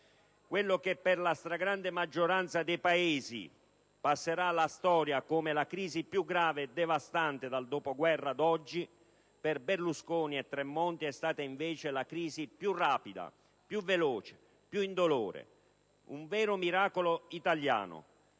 Quello che per la stragrande maggioranza dei Paesi passerà alla storia come la crisi più grave e devastante dal dopoguerra ad oggi, per Berlusconi e Tremonti è stata invece la crisi più rapida, più veloce, più indolore, un vero miracolo italiano.